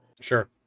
Sure